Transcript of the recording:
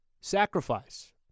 Sacrifice